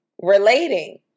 Relating